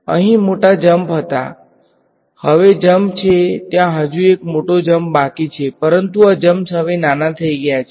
અહીં અહીં મોટા જમ્પ હતા હવે જમ્પ છે ત્યાં હજી એક મોટો જમ્પ બાકી છે પરંતુ આ જમ્પસ હવે નાના થઈ ગયા છે